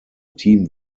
team